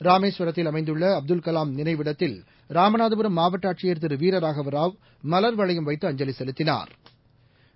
ராமேஸ்வரத்தில் அமைந்துள்ளஅப்துல்கலாம் நினைவிடத்தில் ராமநாதபுரம் மாவட்டஆட்சியர் திருவீரராகவராவ் மலங்வளையம் வைத்து அஞ்சலிசெலுத்தினாா்